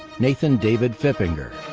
nathan david fippinger.